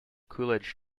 coolidge